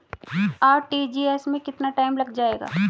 RTGS में कितना time लग जाएगा?